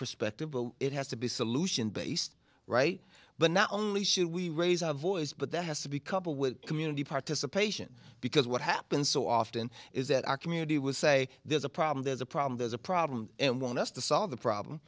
perspective but it has to be solution based right but not only should we raise our voice but that has to be coupled with community participation because what happens so often is that our community would say there's a problem there's a problem there's a problem and want us to solve the problem